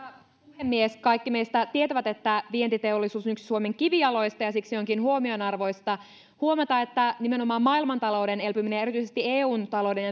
puhemies kaikki meistä tietävät että vientiteollisuus on yksi suomen kivijaloista ja siksi onkin huomionarvoista huomata että nimenomaan maailmantalouden elpyminen ja erityisesti eun talouden